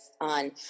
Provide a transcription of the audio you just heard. on